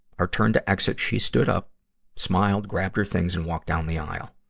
our turn to exit, she stood up smiled, grabbed her things and walked down the aisle.